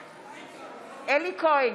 בעד אלי כהן,